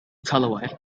colorway